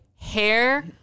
hair